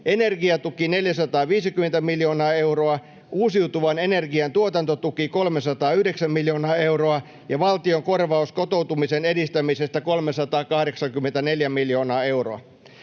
energiatuki 450 miljoonaa euroa, uusiutuvan energian tuotantotuki 309 miljoonaa euroa ja valtion korvaus kotoutumisen edistämisestä 384 miljoonaa euroa.